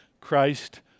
Christ